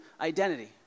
identity